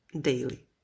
daily